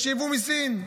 יש יבוא מסין.